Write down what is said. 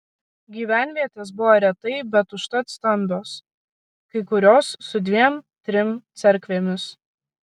gyvenvietės buvo retai bet užtat stambios kai kurios su dviem trim cerkvėmis